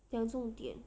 讲重点